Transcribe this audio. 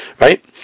right